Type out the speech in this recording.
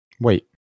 Wait